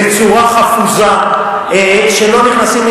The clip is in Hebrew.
בצורה חפוזה, שלא נכנסים.